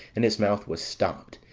and his mouth was stopped,